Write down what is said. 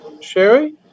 Sherry